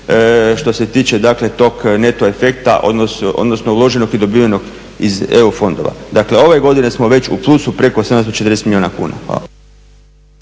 što se tiče dakle tog neto efekta, odnosno uloženog i dobivenog iz EU fondova. Dakle, ove godine smo već u plusu preko 740 milijuna kuna.